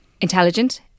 intelligent